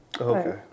Okay